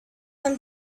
him